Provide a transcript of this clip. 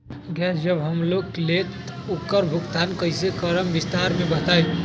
Gas जब हम लोग लेम त उकर भुगतान कइसे करम विस्तार मे बताई?